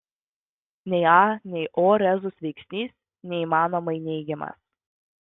nei a nei o rezus veiksnys neįmanomai neigiamas